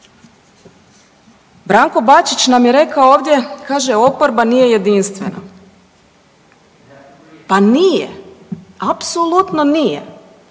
Branko Bačić nam je rekao ovdje kaže oporba nije jedinstvena, pa nije, apsolutno nije